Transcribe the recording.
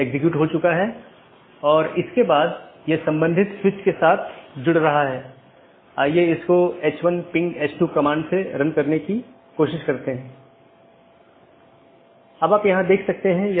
metric पर कोई सार्वभौमिक सहमति नहीं है जिसका उपयोग बाहरी पथ का मूल्यांकन करने के लिए किया जा सकता है